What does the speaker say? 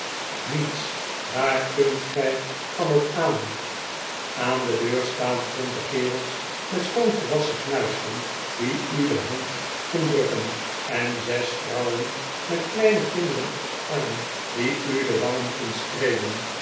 niets daar kunt gij van op aan aan de deur staan twintig kerels met schoon gewasschen knuisten die u de hand kunt drukken en zes vrouwen met kleine kinderen op den arm die u de wange'n kunt streelen